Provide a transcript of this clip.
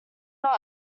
not